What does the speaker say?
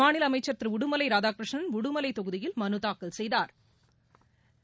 மாநில அமைச்சள் திரு உடுமலை ராதாகிருஷ்ணன் உடுமலைத் தொகுதியில் மனு தாக்கல் செய்தாா்